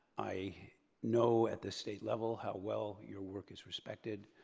i know at the state level how well your work is respected.